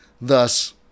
Thus